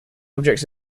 objects